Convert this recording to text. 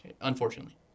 Unfortunately